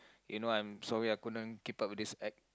you know I'm sorry I couldn't keep up with this act